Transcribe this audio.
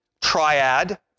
triad